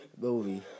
movie